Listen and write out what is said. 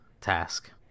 task